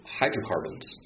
hydrocarbons